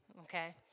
okay